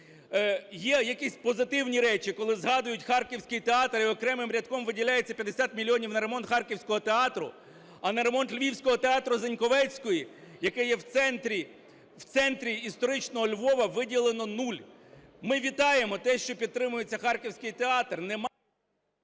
Є якісь позитивні речі. Коли згадують харківський театр і окремим рядком виділяється на ремонт харківського театру, а на ремонт львівського театру Заньковецької, який є в центрі, в центрі історичного Львова, виділено нуль. Ми вітаємо те, що підтримується харківський театр.